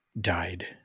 died